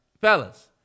fellas